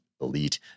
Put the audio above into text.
elite